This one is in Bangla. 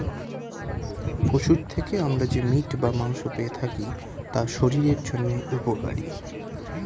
পশুর থেকে আমরা যে মিট বা মাংস পেয়ে থাকি তা শরীরের জন্য উপকারী